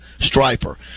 striper